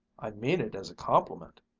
i mean it as a compliment.